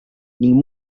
ning